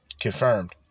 confirmed